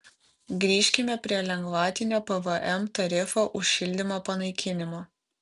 grįžkime prie lengvatinio pvm tarifo už šildymą panaikinimo